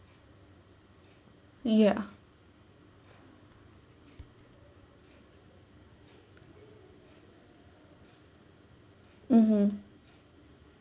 ya mmhmm